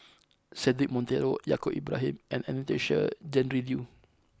Cedric Monteiro Yaacob Ibrahim and Anastasia Tjendri Liew